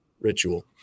ritual